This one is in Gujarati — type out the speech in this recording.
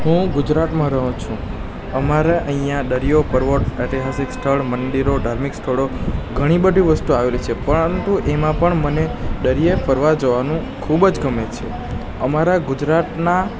હું ગુજરાતમાં રહું છું અમારે અહીંયા દરિયો પર્વત ઐતિહાસિક સ્થળ મંદિરો ધાર્મિક સ્થળો ઘણી બધી વસ્તુઓ આવેલી છે પરંતુ એમાં પણ મને દરિયે ફરવા જવાનું ખૂબ જ ગમે છે અમારા ગુજરાતના